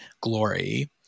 Glory